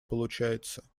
получается